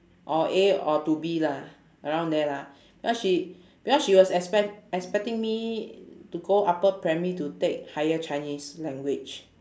or A or to B lah around there lah because she because she was expect~ expecting me to go upper primary to take higher chinese language